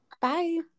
Bye